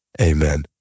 amen